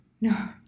No